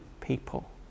people